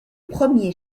premier